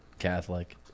catholic